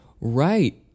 right